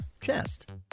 chest